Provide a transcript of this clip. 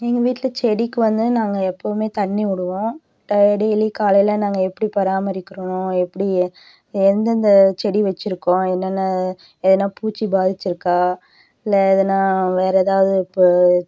எங்கள் வீட்டில் செடிக்கு வந்து நாங்கள் எப்பவுமே தண்ணி விடுவோம் டெய்லி காலையில் நாங்கள் எப்படி பராமரிக்கிறோம் எப்படி எந்தெந்த செடி வச்சுருக்கோம் என்னென்ன எதனால் பூச்சி பாதித்திருக்கா இல்லை எதனா வேறே ஏதாவது